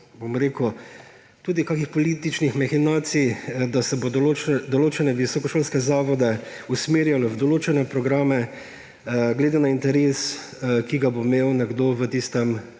potem prišlo tudi do kakšnih političnih mahinacij, da se bo določene visokošolske zavode usmerjalo v določene programe glede na interes, ki ga bo imel nekdo v tistem